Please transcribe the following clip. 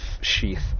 sheath